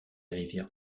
rivières